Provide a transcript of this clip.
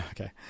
Okay